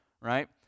right